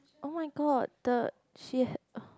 oh-my-god the she had